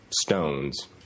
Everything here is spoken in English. stones